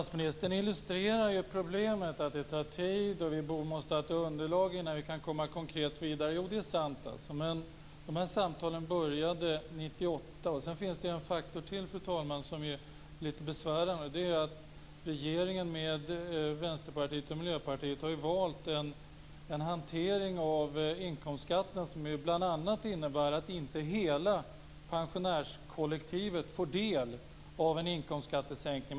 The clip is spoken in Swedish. Fru talman! Finansministern illustrerar ju problemet. Det tar tid och vi måste ha ett underlag innan vi kan vidare komma konkret. Det är sant. Men samtalen började 1998. Sedan finns det en faktor till, fru talman, som är lite besvärande. Det är att regeringen med Vänsterpartiet och Miljöpartiet har valt en hantering av inkomstskatten som bl.a. innebär att inte hela pensionärskollektivet får del av en inkomstskattesänkning.